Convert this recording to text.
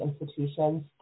institutions